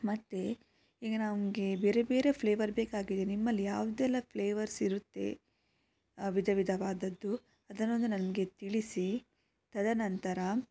ಮತ್ತೆ ಈಗ ನಮಗೆ ಬೇರೆ ಬೇರೆ ಫ್ಲೇವರ್ ಬೇಕಾಗಿದೆ ನಿಮ್ಮಲ್ಲಿ ಯಾವುದೆಲ್ಲ ಫ್ಲೇವರ್ಸ್ ಇರುತ್ತೆ ವಿಧವಿಧವಾದದ್ದು ಅದನ್ನು ನನಗೆ ತಿಳಿಸಿ ತದನಂತರ